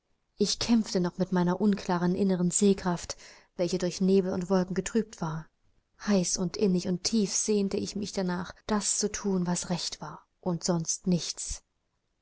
ich kämpfte noch mit meiner unklaren inneren sehkraft welche durch nebel und wolken getrübt war heiß und innig und tief sehnte ich mich danach das zu thun was recht war und sonst nichts